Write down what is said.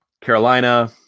Carolina